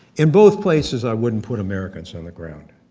in both places, i wouldn't put americans on the ground.